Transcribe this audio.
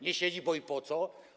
Nie siedzi, bo i po co.